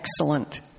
excellent